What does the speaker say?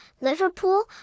Liverpool